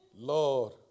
Lord